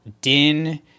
Din